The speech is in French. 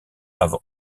avant